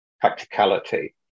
practicality